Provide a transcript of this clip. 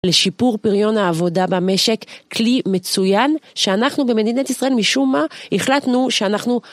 לשיפור פריון העבודה במשק כלי מצוין שאנחנו במדינת ישראל משום מה החלטנו שאנחנו